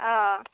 অ'